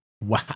Wow